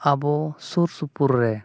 ᱟᱵᱚ ᱥᱩᱨᱼᱥᱩᱯᱩᱨ ᱨᱮ